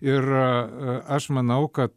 ir a aš manau kad